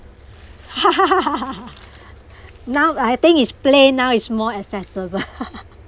now I think is plane now it's more accessible